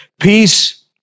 peace